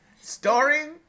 starring